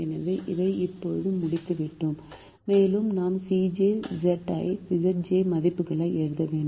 எனவே இதை இப்போது முடித்துவிட்டோம் மேலும் நாம் Cj Zj மதிப்புகளை எழுத வேண்டும்